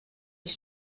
ich